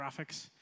graphics